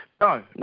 No